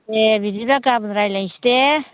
एह बिदिबा गाबोन रायलायसै दे